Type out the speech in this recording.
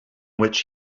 which